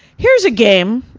here's a game.